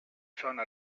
sono